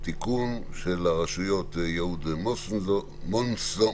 (תיקון) של הרשויות יהוד-מונוסון,